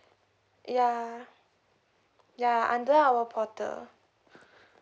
ya ya under our portal